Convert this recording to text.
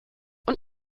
und